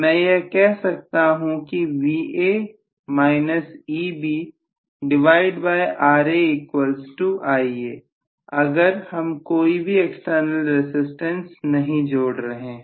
मैं यह कह सकता हूं कि अगर हम कोई भी एक्सटर्नल रसिस्टेंस नहीं जोड़ रहे हैं